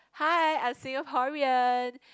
hi I'm Singaporean